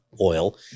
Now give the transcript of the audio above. oil